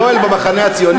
יואל במחנה הציוני,